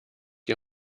die